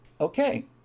okay